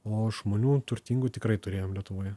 o žmonių turtingų tikrai turėjom lietuvoje